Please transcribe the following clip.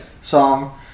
Song